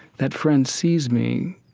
that friend sees me